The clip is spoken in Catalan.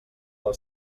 del